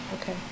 Okay